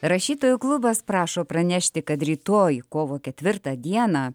rašytojų klubas prašo pranešti kad rytoj kovo ketvirtą dieną